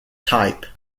type